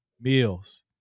meals